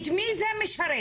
את מי זה משרת?